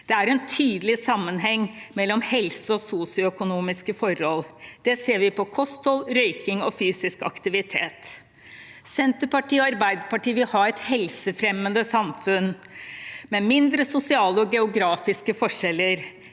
Det er en tydelig sammenheng mellom helse og sosioøkonomiske forhold. Det ser vi på kosthold, røyking og fysisk aktivitet. Senterpartiet og Arbeiderpartiet vil ha et helsefremmende samfunn, med mindre sosiale og geografiske forskjeller.